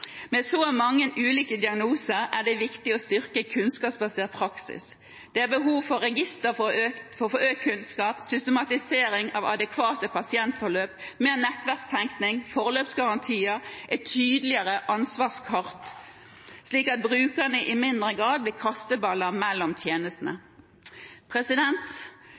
Med så mange ulike diagnoser er det viktig å styrke kunnskapsbasert praksis. Det er behov for register for å få økt kunnskap, systematisering av adekvate pasientforløp, mer nettverkstenkning, forløpsgarantier og et tydeligere ansvarskart, slik at brukerne i mindre grad blir kasteballer mellom tjenestene.